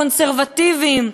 הקונסרבטיבים?